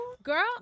Girl